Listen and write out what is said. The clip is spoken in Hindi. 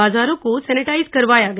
बाजारों को सेनेटाइज करवाया गया